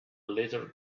little